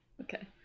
Okay